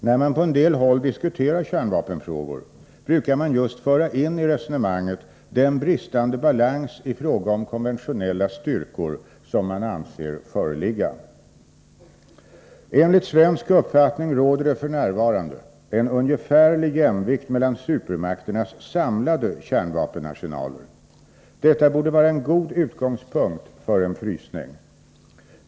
När man på en del håll diskuterar kärnvapenfrågor, brukar man just föra in i resonemanget den bristande balans i fråga om konventionella styrkor som man anser föreligga. Enligt svensk uppfattning råder det f.n. en ungefärlig jämvikt mellan supermakternas samlade kärnvapenarsenaler. Detta borde vara en god utgångspunkt för en frysning.